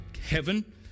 heaven